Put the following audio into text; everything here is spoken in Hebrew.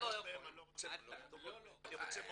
אני לא רוצה טובות מהם, אני רוצה מודעות,